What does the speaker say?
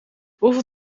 hoeveel